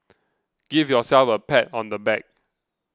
give yourselves a pat on the back